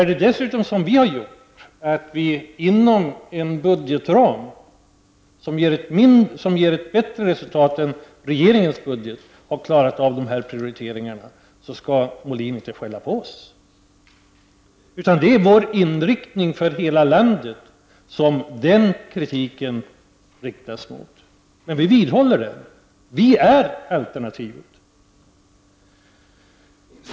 Om man dessutom, som vi i centern har gjort, klarar av dessa prioriteringar inom en budgetram som ger bättre resultat än regeringens, så skall Molin inte skälla på oss för det. Det är vår inriktning över hela landet som den kritiken i så fall riktas mot. Men vi vidhåller att vi är alternativet!